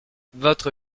votre